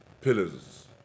pillars